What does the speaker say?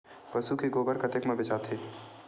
पशु के गोबर कतेक म बेचाथे?